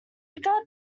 regards